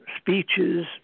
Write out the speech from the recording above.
speeches